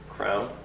Crown